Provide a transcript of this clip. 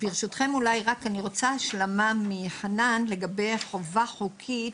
ברשותכם, אני רוצה השלמה מחנן לגבי החובה החוקית.